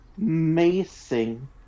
amazing